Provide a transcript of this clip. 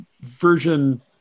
version